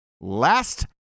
Last